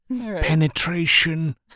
penetration